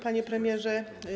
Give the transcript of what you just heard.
Panie Premierze!